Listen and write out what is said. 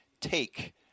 take